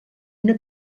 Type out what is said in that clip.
una